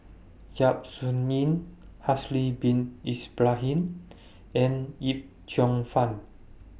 Yap Su Yin Haslir Bin Ibrahim and Yip Cheong Fun